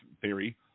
theory